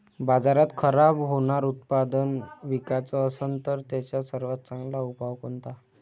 बाजारात खराब होनारं उत्पादन विकाच असन तर त्याचा सर्वात चांगला उपाव कोनता?